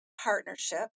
partnership